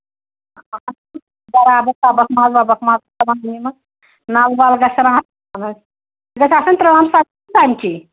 برابر تَبکھ ماز وَبکھ ماز گژھِ آسٕنۍ ترٛٲم تَمکی